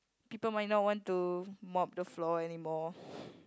people might not want to mop the floor anymore